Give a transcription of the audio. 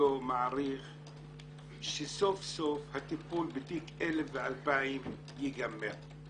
כבודו מעריך שסוף סוף הטיפול בתיק 1,000 ו-2,000 ייגמר.